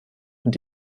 und